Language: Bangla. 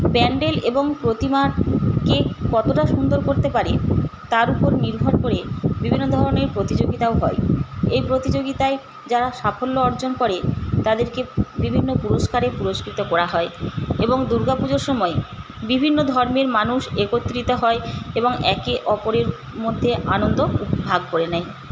প্যান্ডেল এবং প্রতিমা কে কতটা সুন্দর করতে পারে তার উপর নির্ভর করে বিভিন্ন ধরনের প্রতিযোগিতাও হয় এই প্রতিযোগিতায় যারা সাফল্য অর্জন করে তাদেরকে বিভিন্ন পুরস্কারে পুরস্কৃত করা হয় এবং দুর্গাপুজোর সময় বিভিন্ন ধর্মের মানুষ একত্রিত হয় এবং একে অপরের মধ্যে আনন্দ ভাগ করে নেয়